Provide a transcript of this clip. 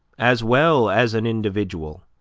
as well as an individual,